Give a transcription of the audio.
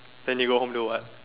then you go home do what